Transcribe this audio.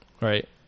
right